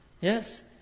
Yes